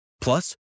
Plus